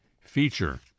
feature